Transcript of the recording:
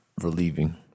relieving